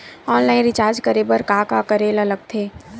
Online recharge करे बर का का करे ल लगथे?